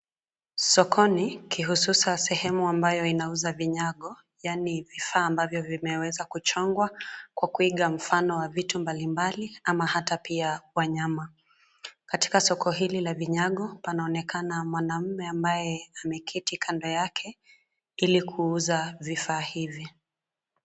Sokoni kihususa sehemu ambayo inauza vinyago, yaani vifaa ambavyo zimeweza kuchongwa kwa kuiga mfano wa vitu mbalimbali ama hata pia wanyama. Katika soko hili la vinyago panaonekana mwanaume ambaye ameketi kando yake ili kuuza vifaa hivi.